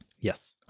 Yes